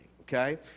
okay